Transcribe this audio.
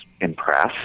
impressed